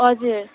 हजुर